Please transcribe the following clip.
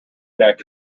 neck